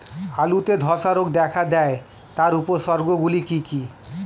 আলুতে ধ্বসা রোগ দেখা দেয় তার উপসর্গগুলি কি কি?